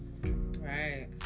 Right